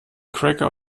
cracker